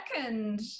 second